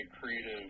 creative